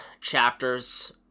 chapters